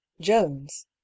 jones